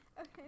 Okay